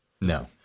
No